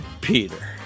peter